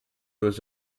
was